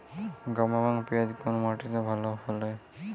গম এবং পিয়াজ কোন মাটি তে ভালো ফলে?